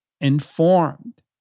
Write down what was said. informed